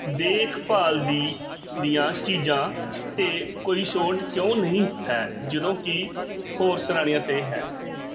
ਦੇਖ ਭਾਲ ਦੀ ਦੀਆਂ ਚੀਜ਼ਾਂ 'ਤੇ ਕੋਈ ਛੋਟ ਕਿਉਂ ਨਹੀਂ ਹੈ ਜਦੋਂ ਕਿ ਹੋਰ ਸ਼੍ਰੇਣੀਆਂ 'ਤੇ ਹੈ